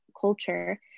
culture